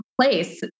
place